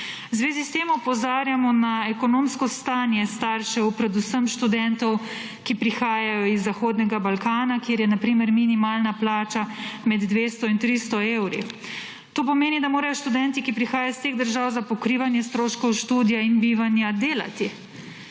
zvezi s tem opozarjamo na ekonomsko stanje staršev predvsem študentov, ki prihajajo z Zahodnega Balkana, kjer je, na primer, minimalna plača med 200 in 300 evri. To pomeni, da morajo študenti, ki prihajajo iz teh držav, za pokrivanje stroškov študija in bivanja delati.